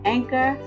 Anchor